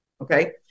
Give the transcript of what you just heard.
okay